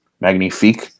magnifique